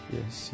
Yes